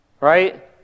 right